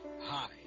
Hi